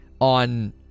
on